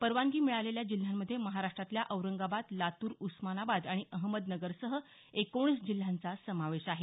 परवानगी मिळालेल्या जिल्ह्यांमध्ये महाराष्ट्रातल्या औरंगाबाद लातूर उस्मानाबाद आणि अहमदनगर सह एकोणीस जिल्ह्यांचा समावेश आहे